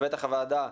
ובטח הוועדה,